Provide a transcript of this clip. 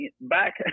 back